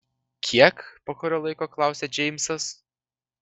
kiek po kurio laiko klausia džeimsas